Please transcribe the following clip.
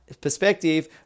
perspective